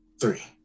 Three